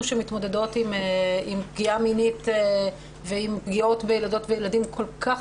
אנחנו שמתמודדות עם פגיעה מינית ועם פגיעות בילדות ובילדים כל כך